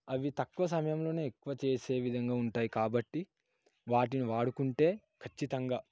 అవి తక్కువ సమయంలోనే ఎక్కువ చేసే విధంగా ఉంటాయి కాబట్టి వాటిని వాడుకుంటే ఖచ్చితంగా